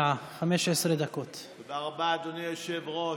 תודה רבה, אדוני היושב-ראש.